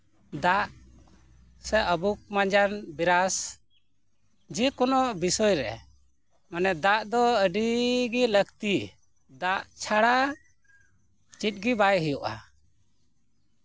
ᱫᱟᱜ ᱥᱮ ᱟᱵᱩᱠ ᱢᱟᱡᱟᱣ ᱵᱨᱟᱥ ᱡᱮᱠᱳᱱᱳ ᱵᱤᱥᱚᱭ ᱨᱮ ᱢᱟᱱᱮ ᱫᱟᱜ ᱫᱚ ᱟᱹᱰᱤ ᱜᱮ ᱞᱟᱹᱠᱛᱤ ᱫᱟᱜ ᱪᱷᱟᱲᱟ ᱪᱮᱫᱜᱮ ᱵᱟᱭ ᱦᱩᱭᱩᱜᱼᱟ